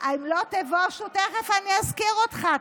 תכף אזכיר אותך.